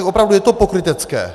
Opravdu je to pokrytecké.